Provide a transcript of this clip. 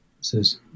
says